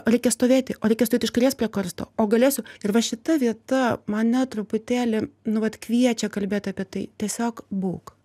reikia stovėti o reikia stovėt iš kairės prie karsto o galėsiu ir va šita vieta mane truputėlį nu vat kviečia kalbėt apie tai tiesiog būk